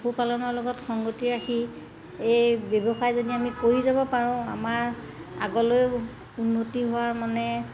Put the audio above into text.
পশুপালনৰ লগত সংগতি ৰাখি এই ব্যৱসায় যদি আমি কৰি যাব পাৰোঁ আমাৰ আগলৈও উন্নতি হোৱাৰ মানে